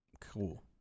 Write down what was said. Cool